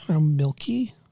milky